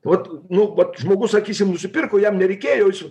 vat nu vat žmogus sakysim nusipirko jam nereikėjo jis